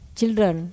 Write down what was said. children